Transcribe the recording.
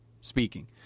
speaking